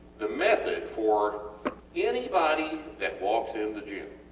the method for anybody that walks in the gym.